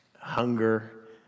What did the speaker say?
hunger